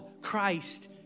Christ